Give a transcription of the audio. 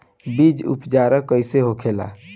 बीज उपचार कइसे होखे?